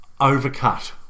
overcut